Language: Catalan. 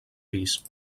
pis